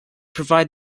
provide